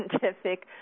scientific